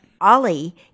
Ollie